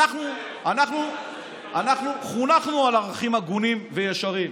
אנחנו חונכנו על ערכים הגונים וישרים.